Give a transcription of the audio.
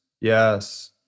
Yes